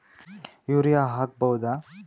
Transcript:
Urea ಹಾಕ್ ಬಹುದ?